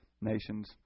nations